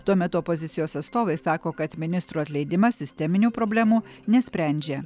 tuo metu opozicijos atstovai sako kad ministrų atleidimas sisteminių problemų nesprendžia